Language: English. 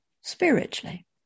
Spiritually